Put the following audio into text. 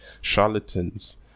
charlatans